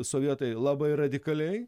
sovietai labai radikaliai